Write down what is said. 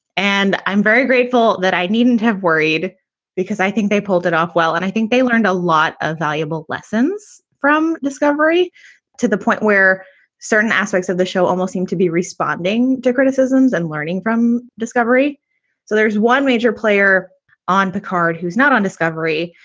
and i'm very grateful that i needn't have worried because i think they pulled it off well. and i think they learned a lot of valuable lessons from discovery to the point where certain aspects of the show almost seem to be responding to criticisms and learning from discovery so there's one major player on picard who's not on discovery,